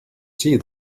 see